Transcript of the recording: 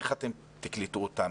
איך תקלטו אותם?